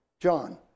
John